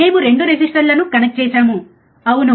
మేము 2 రెసిస్టర్లను కనెక్ట్ చేసాము అవును